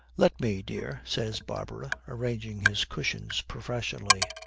let me, dear says barbara, arranging his cushions professionally.